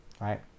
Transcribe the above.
right